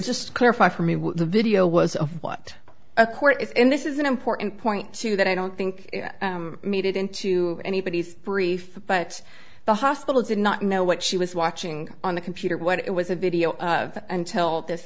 just clarify for me what the video was of what a court is and this is an important point to that i don't think made it into anybody's brief but the hospital did not know what she was watching on the computer what it was a video until this